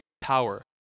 power